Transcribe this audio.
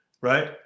right